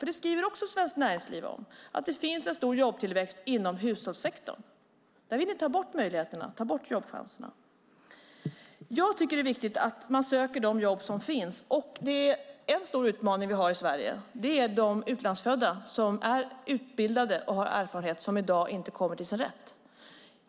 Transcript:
Svenskt Näringsliv skriver också om detta; det finns en stor jobbtillväxt inom hushållssektorn. Där vill ni ta bort möjligheterna och ta bort jobbchanserna. Jag tycker att det är viktigt att man söker de jobb som finns. En stor utmaning vi har i Sverige är de utlandsfödda som är utbildade och har erfarenhet och som i dag inte kommer till sin rätt.